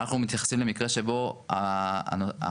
אנחנו מתייחסים למקרה שבו ההחלטה,